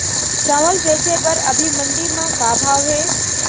चांवल बेचे बर अभी मंडी म का भाव हे?